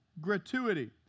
gratuity